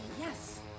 Yes